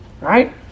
Right